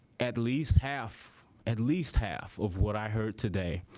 at least half at least half of what i heard today